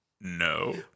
No